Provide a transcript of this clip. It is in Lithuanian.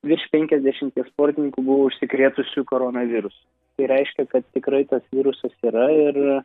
virš penkiasdešimties sportininkų buvo užsikrėtusių koronavirusu tai reiškia kad tikrai tas virusas yra ir